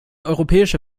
europäische